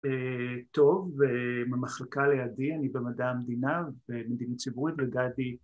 ‫טוב, ובמחלקה לידי, ‫אני במדעי המדינה ובמדיניות ציבורית, ‫וגדי..